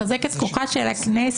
לחזק את כוחה של הכנסת.